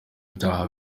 ibyaha